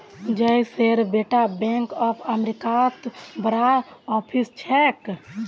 जयेशेर बेटा bank of अमेरिकात बड़का ऑफिसर छेक